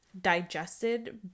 digested